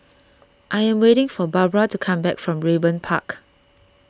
I am waiting for Barbra to come back from Raeburn Park